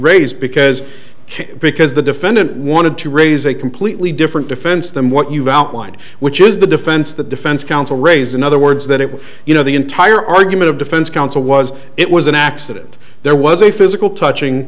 raise because i can't because the defendant wanted to raise a completely different defense than what you've outlined which is the defense the defense counsel raised in other words that it was you know the entire argument of defense counsel was it was an accident there was a physical touching